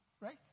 Right